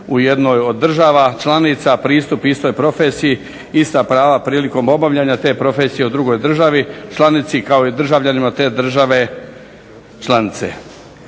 u jednoj od država članica, pristup istoj profesiji, ista prava prilikom obavljanja te profesije u drugoj državi članici, kao i državljanima te države članice.